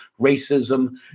Racism